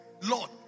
Lord